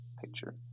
picture